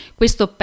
questo